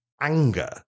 anger